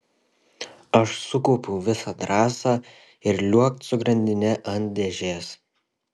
aš sukaupiau visą drąsą ir liuokt su grandine ant dėžės